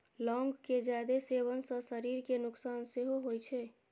लौंग के जादे सेवन सं शरीर कें नुकसान सेहो होइ छै